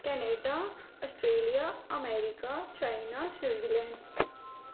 Canada Australia America China Switzerland